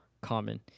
common